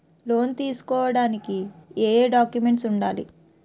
Loan తీసుకోడానికి ఏయే documents వుండాలి?